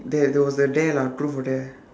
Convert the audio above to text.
there there was a dare lah truth or dare